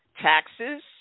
taxes